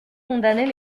condamnait